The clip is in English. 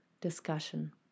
discussion